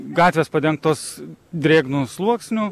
gatvės padengtos drėgnu sluoksniu